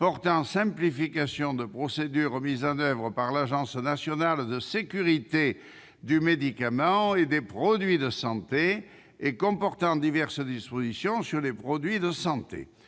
portant simplification de procédures mises en oeuvre par l'Agence nationale de sécurité du médicament et des produits de santé et comportant diverses dispositions relatives aux produits de santé